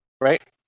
right